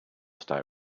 stay